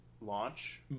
launch